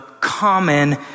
common